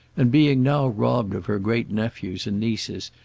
and being now robbed of her great-nephews and nieces,